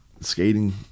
skating